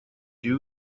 you